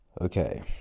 okay